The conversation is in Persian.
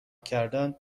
کردن